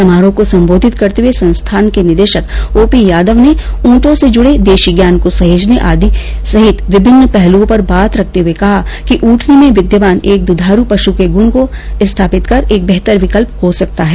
समारोह को संबोधित करते हुए संस्थान के निदेशक ओ पी यादव नेऊंटों से जुडे देशी ज्ञान को सहेजने आदि विभिन्न पहलुओं पर बात रखते हुए कहा ऊॅटनी में विद्यमान एक दूधारू पशु के गुण को स्थापित कर एक बेहतर विकल्प हो सकता है